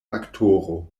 aktoro